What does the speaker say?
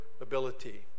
ability